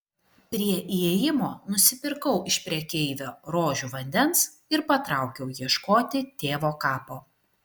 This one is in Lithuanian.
prie įėjimo nusipirkau iš prekeivio rožių vandens ir patraukiau ieškoti tėvo kapo